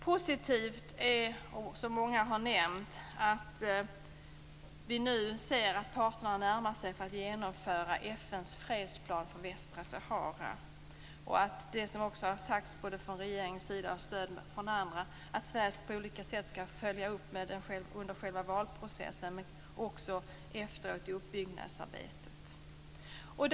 Positivt är också, som många här har nämnt, att vi nu ser att parterna närmar sig ett genomförande av FN:s fredsplan för Västra Sahara och att - som sagts från regeringens sida, med stöd från andra - Sverige på olika sätt skall göra en uppföljning under själva valprocessen och även efteråt i uppbyggnadsarbetet.